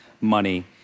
money